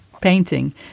painting